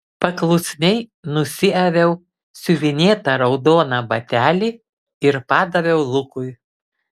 paklusniai nusiaviau siuvinėtą raudoną batelį ir padaviau lukui